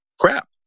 crap